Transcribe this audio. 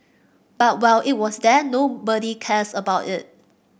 but while it was there nobody cares about it